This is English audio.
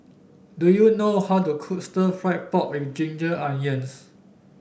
do you know how to cook stir fry pork with Ginger Onions